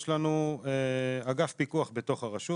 יש לנו אגף פיקוח בתוך הרשות,